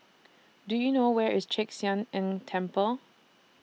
Do YOU know Where IS Chek Sian Eng Temple